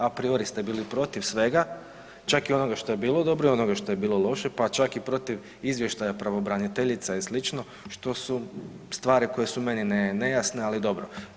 Apriori ste bili protiv svega, čak i onoga što je bilo dobro i onoga što je bilo loše, pa čak i protiv izvještaja pravobraniteljica i sl., što su stvari koje su meni nejasne, ali dobro.